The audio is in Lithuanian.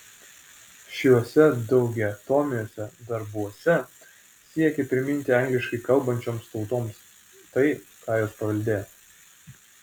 šiuose daugiatomiuose darbuose siekė priminti angliškai kalbančioms tautoms tai ką jos paveldėjo